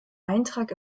eintrag